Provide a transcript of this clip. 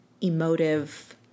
emotive